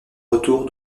retour